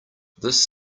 this